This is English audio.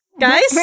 Guys